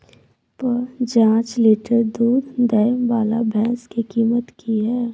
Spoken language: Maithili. प जॉंच लीटर दूध दैय वाला भैंस के कीमत की हय?